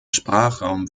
sprachraum